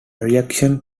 reaction